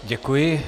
Děkuji.